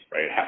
Right